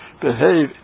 behave